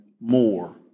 more